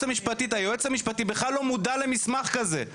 היועץ המשפטי בכלל לא מודע למסמך כזה,